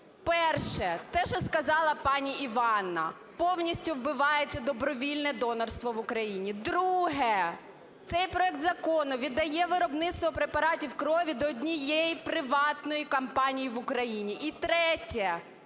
Перше. Те, що сказала пані Іванна. Повністю вбивається добровільне донорство в Україні. Друге. Цей проект закону віддає виробництво препаратів крові до однієї приватної компанії в Україні. І третє.